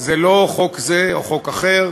זה לא חוק זה או חוק אחר,